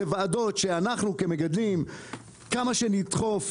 כמה שנדחוף,